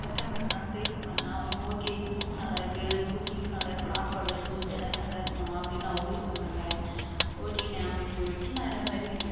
கஸ்டமருக்லாம் sales பண்ணால் அவங்களும் okay goods நல்லாயிருக்கு குக்கிங்கும் நல்லார் சாப்பாடு ஜூஸ் எல்லாமே நல்லாருக்குமா அப்படின் அவங்களும் சொன்னாங்க ஓகேங்க அப்படின் சொல்லிவிட்டு நான் இந்தமாதிரி